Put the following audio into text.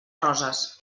roses